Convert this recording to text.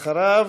אחריו,